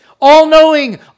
all-knowing